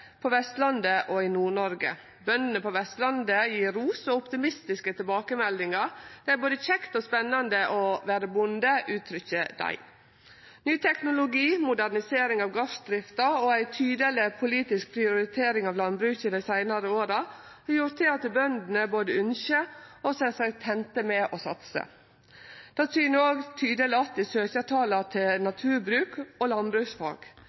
på Vestlandet og i Nord-Noreg. Bøndene på Vestlandet gjev ros og optimistiske tilbakemeldingar. Det er både kjekt og spennande å vere bonde, uttrykkjer dei. Ny teknologi, modernisering av gardsdrifta og ei tydeleg politisk prioritering av landbruket dei seinare åra har gjort at bøndene både ønskjer og ser seg tente med å satse. Det syner òg tydeleg att i søkjartala til naturbruk og landbruksfag.